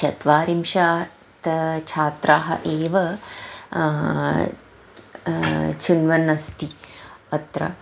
चत्वारिंशत् छात्राः एव चिन्वन् अस्ति अत्र